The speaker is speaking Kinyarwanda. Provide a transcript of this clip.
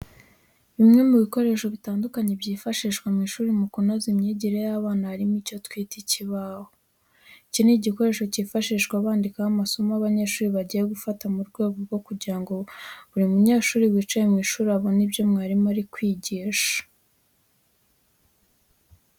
Bimwe mu bikoresho bitandukanye byifashishwa ku ishuri mu kunoza imyigire y'abana harimo icyo twita ikibaho. Iki ni igikoresho cyifashishwa bandikaho amasomo abanyeshuri bagiye gufata mu rwego rwo kugira ngo buri munyeshuri wicaye mu ishuri abone ibyo mwarimu ari kwigisha.